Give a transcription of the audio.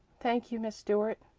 thank you, miss stuart.